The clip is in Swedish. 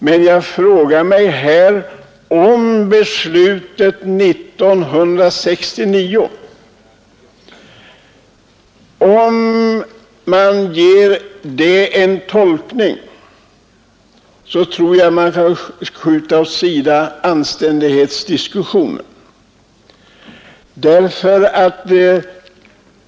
Men beträffande beslutet 1969 tror jag att man, om man gör en tolkning av det, kan skjuta diskussionen om anständighet åt sidan och konstatera, att själva maktfrågan är mera central.